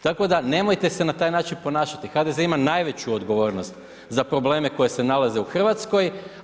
Tako da, nemojte se na taj način ponašati, HDZ ima najveću odgovornost za probleme koji se nalaze u Hrvatskoj.